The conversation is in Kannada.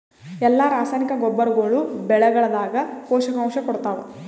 ಎಲ್ಲಾ ರಾಸಾಯನಿಕ ಗೊಬ್ಬರಗೊಳ್ಳು ಬೆಳೆಗಳದಾಗ ಪೋಷಕಾಂಶ ಕೊಡತಾವ?